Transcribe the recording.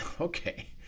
okay